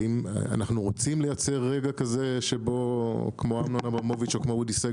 האם אנחנו רוצים לייצר רגע כזה כמו אודי סגל,